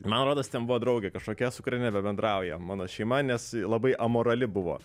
man rodos ten buvo draugė kažkokia su kuria nebebendrauja mano šeima nes labai amorali buvo